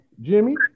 Jimmy